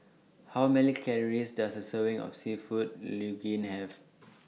How Many Calories Does A Serving of Seafood Linguine Have